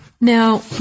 Now